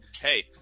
hey